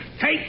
Take